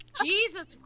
Jesus